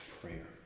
prayer